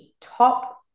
top